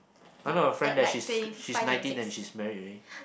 I know a friend that she is she is nineteen then she's married already